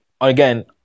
again